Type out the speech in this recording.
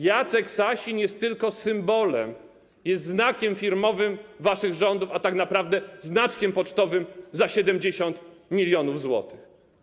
Jacek Sasin jest tylko symbolem, jest znakiem firmowym waszych rządów, a tak naprawdę znaczkiem pocztowym za 70 mln zł.